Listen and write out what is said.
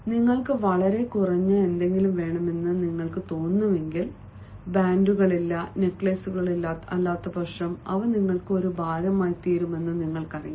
നിങ്ങൾക്ക് വളരെ കുറഞ്ഞത് എന്തെങ്കിലും വേണമെന്ന് നിങ്ങൾക്ക് തോന്നുന്നുവെങ്കിൽ ബാൻഡുകളില്ല നെക്ലേസുകളില്ല അല്ലാത്തപക്ഷം അവ നിങ്ങൾക്ക് ഒരു ഭാരമായിത്തീരുമെന്ന് നിങ്ങൾക്കറിയാം